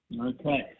Okay